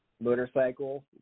motorcycle